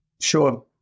Sure